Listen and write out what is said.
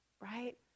right